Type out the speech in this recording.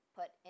put